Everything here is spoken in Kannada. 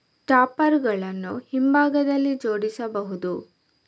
ಟಾಪ್ಪರ್ ಗಳನ್ನು ಹಿಂಭಾಗದಲ್ಲಿ ಜೋಡಿಸಬಹುದು